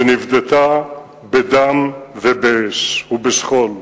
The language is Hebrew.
שנפדתה בדם ובאש ובשכול.